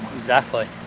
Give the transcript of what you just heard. exactly.